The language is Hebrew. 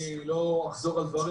אני לא אחזור על דברים,